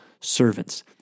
servants